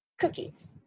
cookies